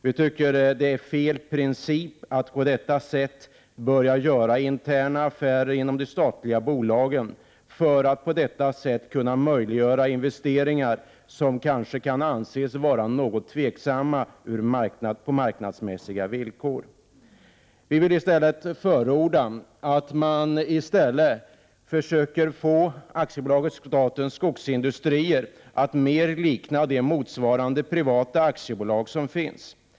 Vi tycker att det är principiellt felaktigt att på detta sätt göra interna affärer inom de statliga bolagen för att möjliggöra investeringar, som kanske kan anses vara något tveksamma på marknadsmässiga grunder. Vi förordar i stället att man försöker få AB Statens Skogsindustrier att mer likna de motsvarande privata aktiebolag som finns.